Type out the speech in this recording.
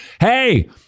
Hey